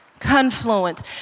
Confluence